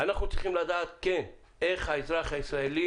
אנחנו צריכים לדעת איך האזרח הישראלי